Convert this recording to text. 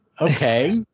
okay